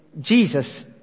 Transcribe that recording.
Jesus